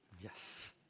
Yes